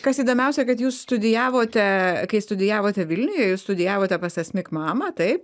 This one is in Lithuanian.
kas įdomiausia kad jūs studijavote kai studijavote vilniuje jūs studijavote pas asmik mamą taip